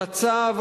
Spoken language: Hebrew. המצב,